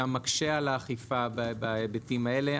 וגם מקשה על האכיפה בהיבטים האלה.